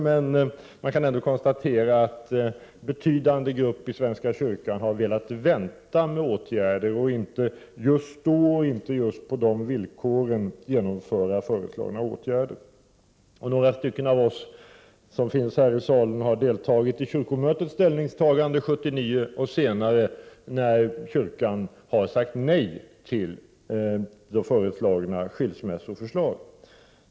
Man kan ändå konstatera att betydande grupper inom svenska kyrkan velat vänta med att genomföra åtgärder på de föreslagna villkoren. Några av dem som finns här i salen har deltagit i kyrkomötets ställningstagande 1979 och senare när kyrkan har sagt nej till framförda skilsmässoförslag.